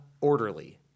orderly